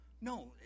No